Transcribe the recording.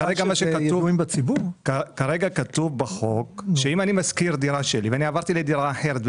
כתוב בחוק שאם אני משכיר דירה שלי ועברתי לדירה אחרת,